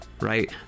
right